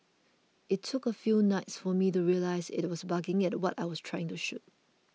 it took a few nights for me to realise it was barking at what I was trying to shoot